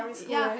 ya